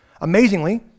Amazingly